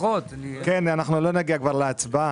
כן, אנחנו לא נגיע כבר להצבעה.